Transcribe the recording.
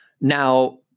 Now